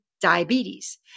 diabetes